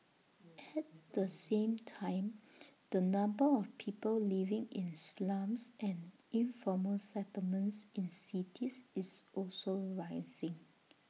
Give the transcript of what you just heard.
at the same time the number of people living in slums and informal settlements in cities is also rising